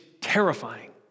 terrifying